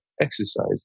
exercise